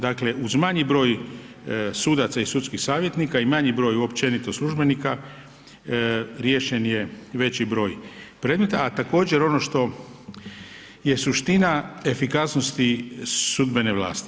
Dakle, uz manji broj sudaca i sudskih savjetnika i manji broj općenito službenika riješen je veći broj predmeta, a također ono što je suština efikasnosti sudbene vlasti.